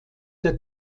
der